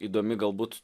įdomi galbūt